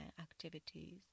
activities